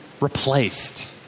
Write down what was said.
replaced